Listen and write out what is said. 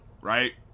right